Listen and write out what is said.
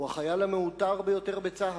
הוא החייל המעוטר ביותר בצה"ל,